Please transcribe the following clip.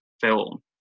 film